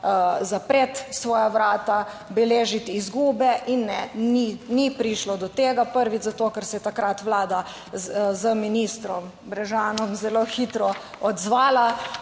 zapreti svoja vrata, beležiti izgube in ne, ni prišlo do tega. Prvič zato, ker se je takrat vlada z ministrom Brežanom zelo hitro odzvala